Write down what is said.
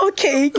Okay